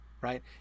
right